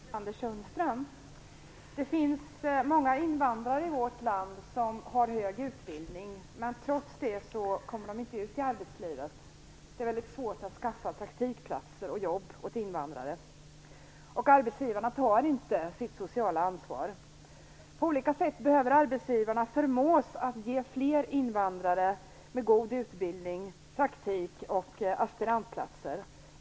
Fru talman! Jag har en fråga till arbetsmarknadsminister Anders Sundström. Det finns många invandrare i vårt land som har hög utbildning men som trots det inte kommer ut i arbetslivet. Det är mycket svårt att skaffa praktikplatser och jobb åt invandrare. Arbetsgivarna tar inte sitt sociala ansvar. Arbetsgivarna behöver på olika sätt förmås att ge fler invandrare med god utbildning praktik och aspirantplatser.